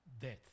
death